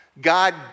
God